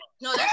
No